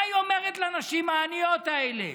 מה היא אומרת לנשים העניות האלה,